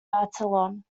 battalion